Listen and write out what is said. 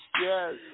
Yes